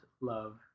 love